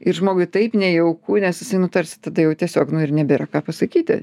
ir žmogui taip nejauku nes jisai nu tarsi tada jau tiesiog nu ir nebėra ką pasakyti